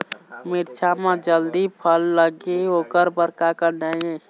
मिरचा म जल्दी फल लगे ओकर बर का करना ये?